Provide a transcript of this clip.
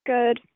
Good